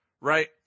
Right